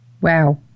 Wow